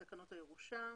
הירושה.